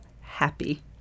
happy